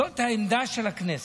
זאת העמדה של הכנסת.